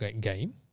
game